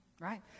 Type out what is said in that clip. right